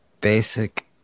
Basic